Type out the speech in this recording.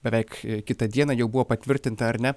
beveik kitą dieną jau buvo patvirtinta ar ne